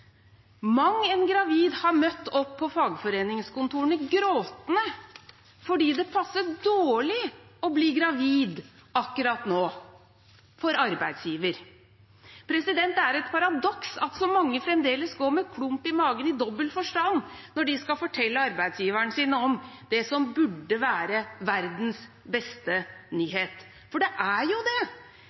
en gravid har møtt opp på fagforeningskontorene gråtende fordi det passet dårlig å bli gravid akkurat nå – for arbeidsgiver. Det er et paradoks at så mange fremdeles går med klump i magen – i dobbelt forstand – når de skal fortelle arbeidsgiveren sin om det som burde være verdens beste nyhet. For det er jo det: